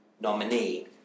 nominee